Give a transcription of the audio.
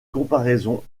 comparaison